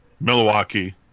Milwaukee